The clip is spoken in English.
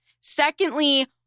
Secondly